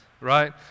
right